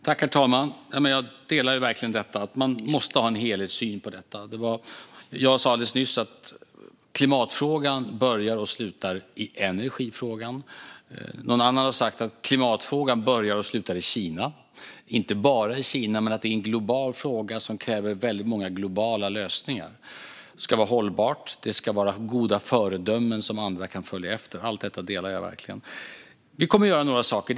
Herr talman! Jag delar verkligen uppfattningen att man måste ha en helhetssyn på detta. Jag sa alldeles nyss att klimatfrågan börjar och slutar i energifrågan. Någon annan har sagt att klimatfrågan börjar och slutar i Kina. Det handlar inte bara om Kina, men det är en global fråga som kräver väldigt många globala lösningar. Det ska vara hållbart, och det ska vara goda föredömen som andra kan följa efter. Allt detta instämmer jag i. Vi kommer att göra några saker.